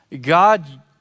God